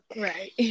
right